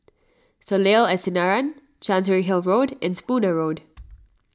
Soleil at Sinaran Chancery Hill Road and Spooner Road